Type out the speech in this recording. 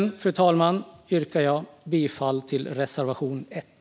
Fru talman! Med de orden yrkar jag bifall till reservation 1.